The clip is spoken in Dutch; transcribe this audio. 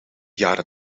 jaren